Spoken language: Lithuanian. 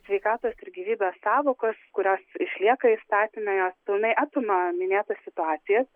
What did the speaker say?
sveikatos ir gyvybės sąvokos kurios išlieka įstatyme jos pilnai apima minėtas situacijas